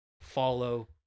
follow